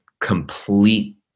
complete